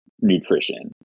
nutrition